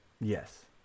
Yes